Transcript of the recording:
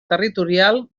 territorial